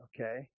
Okay